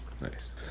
nice